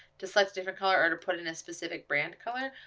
to select a different color, or to put in a specific brand color.